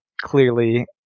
clearly